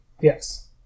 Yes